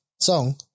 song